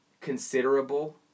considerable